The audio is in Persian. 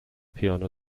پیانو